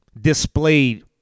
displayed